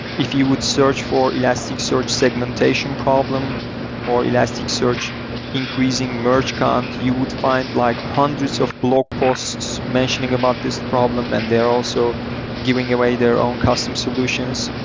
if you would search for elasticsearch segmentation problem or elasticsearch increasing merge count, you would find like hundreds of blog posts mentioning about this problem and they're also giving away their own custom solutions.